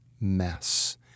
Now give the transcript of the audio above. mess